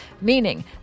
meaning